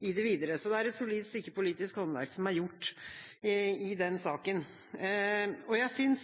i det videre. Det er et solid stykke politisk håndverk som er gjort i den saken. Jeg synes